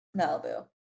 Malibu